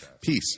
Peace